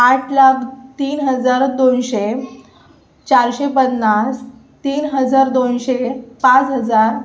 आठ लाख तीन हजार दोनशे चारशे पन्नास तीन हजार दोनशे पाच हजार